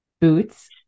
Boots